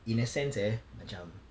in a sense eh macam